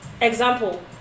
Example